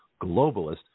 globalist